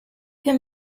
him